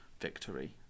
victory